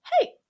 Hey